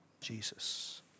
Jesus